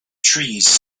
trees